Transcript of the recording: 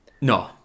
No